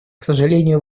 сожалению